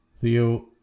Theo